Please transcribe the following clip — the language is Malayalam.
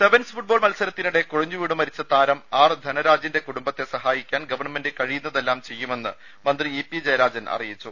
സെവൻസ് ഫുട്ബോൾ മത്സരത്തിനിടെ കുഴഞ്ഞു വീണു മരിച്ച താരം ആർ ധനരാജിന്റെ കുടുംബത്തെ സഹായിക്കാൻ ഗവൺമെന്റ് കഴിയുന്നതെല്ലാം ചെയ്യുമെന്ന് മന്ത്രി ഇ പി ജയരാ ജൻ അറിയിച്ചു